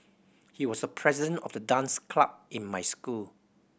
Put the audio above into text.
he was the president of the dance club in my school